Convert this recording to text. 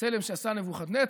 צלם שעשה נבוכדנצר,